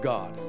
God